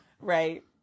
Right